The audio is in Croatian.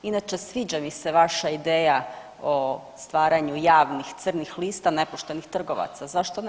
Inače, sviđa mi se vaša ideja o stvaranju javnih crnih lista nepoštenih trgovaca, zašto ne?